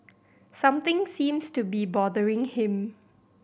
something seems to be bothering him